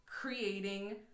creating